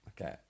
Okay